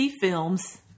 films